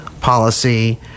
policy